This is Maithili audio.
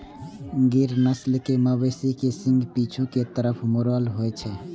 गिर नस्ल के मवेशी के सींग पीछू के तरफ मुड़ल होइ छै